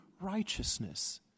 righteousness